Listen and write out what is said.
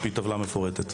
על פי טבלה מפורטת.